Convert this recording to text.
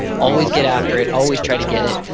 always get after it, always try to get it.